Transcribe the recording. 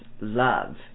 love